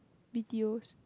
B_T_Os